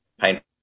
painful